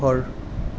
ঘৰ